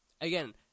Again